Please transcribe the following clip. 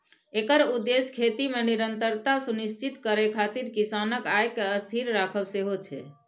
एकर उद्देश्य खेती मे निरंतरता सुनिश्चित करै खातिर किसानक आय कें स्थिर राखब सेहो छै